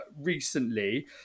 recently